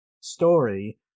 story